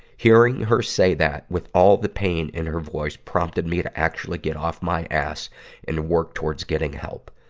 hearing her say that with all the pain in her voice prompted me to actually get off my ass and work towards getting help.